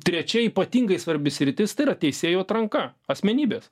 trečia ypatingai svarbi sritis tai yra teisėjų atranka asmenybės